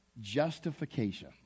justification